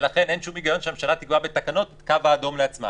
ולכן אין שום היגיון שהממשלה תקבע בתקנות את הקו האדום לעצמה.